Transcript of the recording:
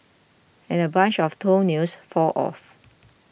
and a bunch of toenails fall off